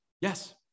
Yes